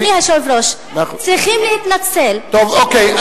אדוני היושב-ראש, צריכים להתנצל, טוב, אוקיי.